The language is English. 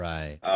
Right